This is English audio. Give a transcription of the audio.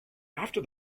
after